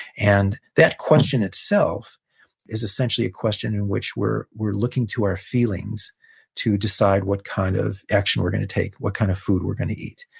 and that question itself is essentially a question in which we're we're looking to our feelings to decide what kind of action we're going to take, what kind of food we're going to eat.